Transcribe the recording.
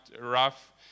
rough